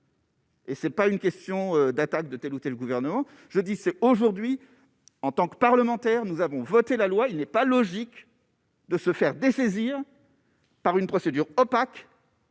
Et ce n'est pas une question d'attaques de telle ou telle gouvernement je dis c'est aujourd'hui, en tant que parlementaires, nous avons voté la loi, il n'est pas logique. De se faire dessaisir par une procédure opaque.